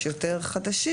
יש יותר חדשים,